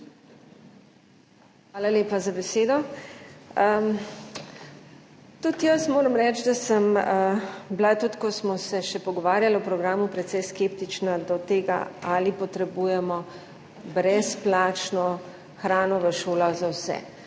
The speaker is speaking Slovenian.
Hvala lepa za besedo. Tudi jaz moram reči, da sem bila tudi, ko smo se še pogovarjali o programu, precej skeptična do tega, ali potrebujemo brezplačno hrano v šolah za vse.